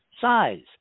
size